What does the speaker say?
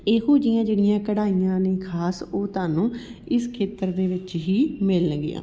ਇਹੋ ਜਿਹੀਆਂ ਜਿਹੜੀਆਂ ਕਢਾਈਆਂ ਨੇ ਖਾਸ ਓਹ ਤੁਹਨੂੰ ਇਸ ਖੇਤਰ ਦੇ ਵਿੱਚ ਹੀ ਮਿਲਣਗੀਆਂ